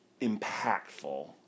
impactful